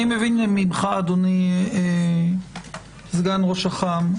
אני מבין ממך, אדוני סגן ראש אח"מ,